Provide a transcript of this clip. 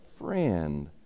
friend